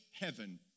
heaven